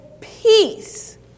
peace